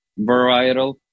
varietal